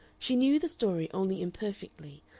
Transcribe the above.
she knew the story only imperfectly,